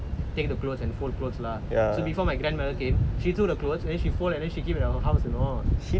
take the clothes and fold clothes lah so before my grandmother came she took the clothes and fold at her house you know